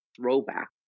throwback